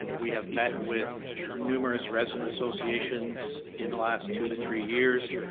we have met with ah numerous resident associations in the last two to three years.